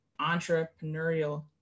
entrepreneurial